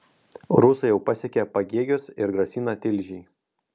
rusai jau pasiekė pagėgius ir grasina tilžei